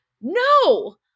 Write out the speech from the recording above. No